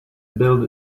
build